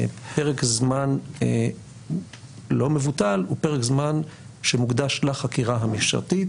פרק זמן לא מבוטל הוא פרק זמן שמוקדש לחקירה המשטרתית,